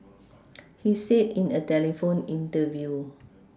he said in a telephone interview